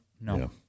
No